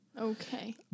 Okay